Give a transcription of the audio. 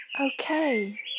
Okay